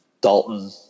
Dalton